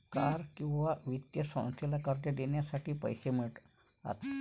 सावकार किंवा वित्तीय संस्थेला कर्ज देण्यासाठी पैसे मिळतात